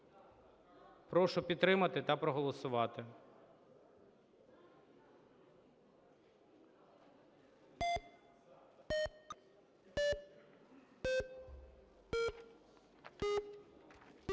Прошу підтримати та проголосувати.